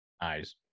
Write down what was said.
eyes